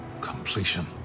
Completion